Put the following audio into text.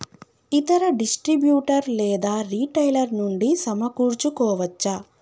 ఇతర డిస్ట్రిబ్యూటర్ లేదా రిటైలర్ నుండి సమకూర్చుకోవచ్చా?